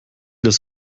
das